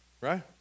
Right